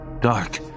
Dark